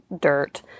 dirt